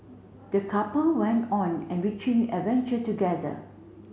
the couple went on enriching adventure together